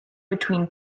between